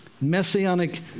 Messianic